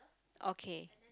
okay